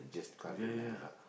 ya ya